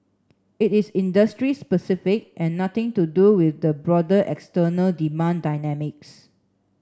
it is industry specific and nothing to do with the broader external demand dynamics